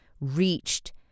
reached